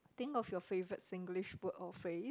think of your favourite Singlish word or phrase